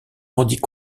rendit